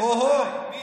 או-הו, כן, מי?